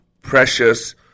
precious